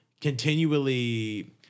continually